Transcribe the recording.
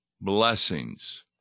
blessings